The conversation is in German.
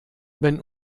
wenn